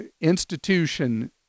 institution